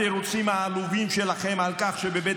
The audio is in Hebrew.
התירוצים העלובים שלכם על כך שבבית